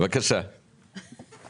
מצביעה